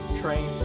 train